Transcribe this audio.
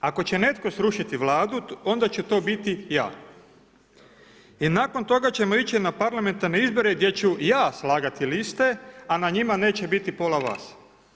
Ako će netko srušiti Vladu onda ću to biti ja i nakon toga ćemo ići na parlamentarne izbore gdje ću ja slagati liste, a na njima neće biti pola vas“